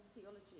theology